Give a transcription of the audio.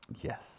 Yes